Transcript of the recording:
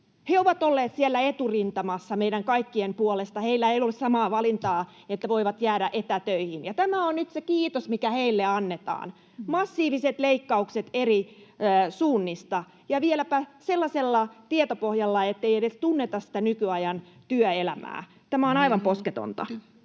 He ovat olleet siellä eturintamassa meidän kaikkien puolesta. Heillä ei ole samaa valintaa, että voivat jäädä etätöihin. Ja tämä on nyt se kiitos, mikä heille annetaan: massiiviset leikkaukset eri suunnista ja vieläpä sellaisella tietopohjalla, ettei edes tunneta sitä nykyajan työelämää. [Puhemies: Minuutti!]